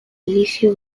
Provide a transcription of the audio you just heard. edizio